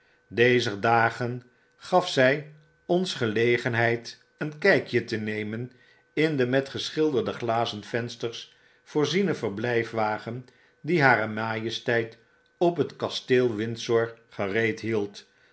dezer dagen gaf zij ons gelegenheid een kijkje te nemen in den met geschilderde glazen vensters voorzienen verblijfwagen dien hare majesteit op het kasteel windsor gereed hield